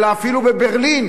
אלא אפילו בברלין,